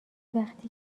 وقتی